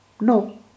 No